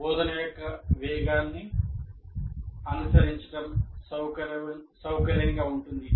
బోధన యొక్క వేగాన్ని అనుసరించడం సౌకర్యంగా ఉంటుంది